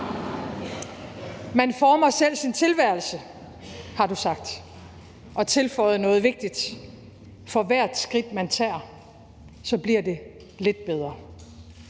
Man former selv sin tilværelse, har du sagt, og du tilføjede noget vigtigt: for hvert skridt man tager, bliver det lidt bedre.